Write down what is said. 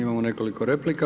Imamo nekoliko replika.